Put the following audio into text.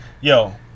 Yo